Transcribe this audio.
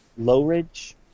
Lowridge